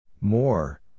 More